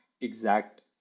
exact